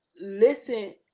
listen